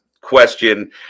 question